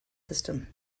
system